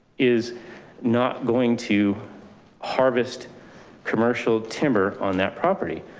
is not going to harvest commercial timber on that property.